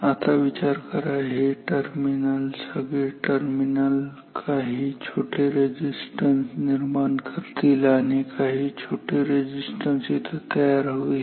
आता विचार करा हे टर्मिनल सगळे टर्मिनल काही छोटे रेझिस्टन्स निर्माण करतील आणि काही छोटे रेझिस्टन्स इथे तयार होईल